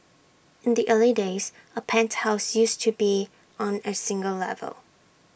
in the early days A penthouse used to be on A single level